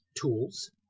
tools